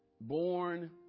born